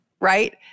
Right